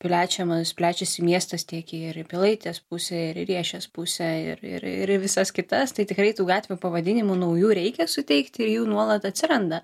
plečiama plečiasi miestas tiek ir į pilaitės pusėje ir į riešės pusę ir ir visas kitas tai tikrai tų gatvių pavadinimų naujų reikia suteikti ir jų nuolat atsiranda